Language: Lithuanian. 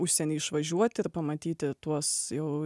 užsienį išvažiuot ir pamatyti tuos jau